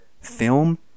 film